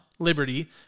Liberty